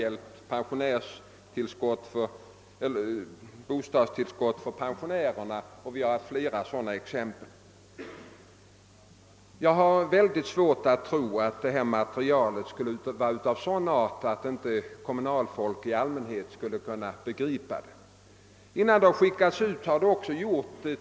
Exempel härpå är frågan om bostadstillskott för pensionärerna. Jag har väldigt svårt att tro att detta material skulle vara av sådan art, att kommunalfolk i allmänhet inte skulle begripa det. Innan det skickades ut har det också testats.